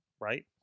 Right